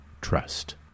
Trust